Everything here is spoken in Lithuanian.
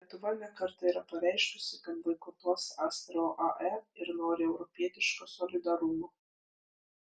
lietuva ne kartą yra pareiškusi kad boikotuos astravo ae ir nori europietiško solidarumo